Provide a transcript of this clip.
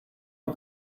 out